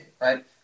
right